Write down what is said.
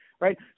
right